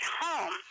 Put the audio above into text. home